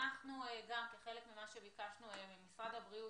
כחלק ממה שביקשנו ממשרד הבריאות,